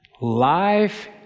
Life